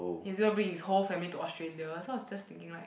he's going to bring his whole family to Australia so I was just thinking like